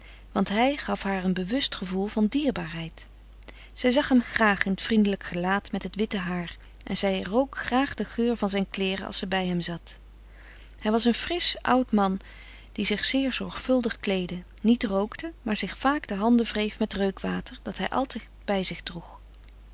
want hij gaf haar een bewust gevoel van dierbaarheid ze zag hem graag in t vriendelijk gelaat met het witte haar en zij rook graag den geur van zijn kleeren als ze bij hem zat hij was een frisch oud man die zich zeer zorgvuldig kleedde niet rookte maar zich vaak de handen wreef met reukwater dat hij altijd bij zich